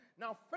Now